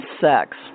sex